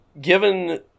Given